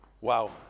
Wow